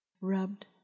rubbed